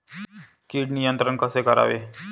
कीड नियंत्रण कसे करावे?